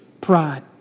pride